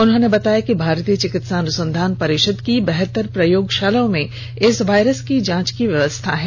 उन्होंने बताया कि भारतीय चिकित्सा अनुसंधान परिषद की बहत्तर प्रयोगशालाओं में इस वायरस के जांच की व्यवस्था है